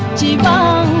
da da